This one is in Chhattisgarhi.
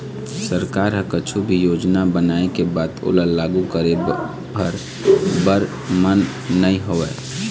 सरकार ह कुछु भी योजना बनाय के बाद ओला लागू करे भर बर म नइ होवय